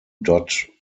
dot